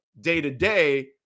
day-to-day